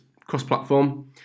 cross-platform